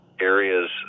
areas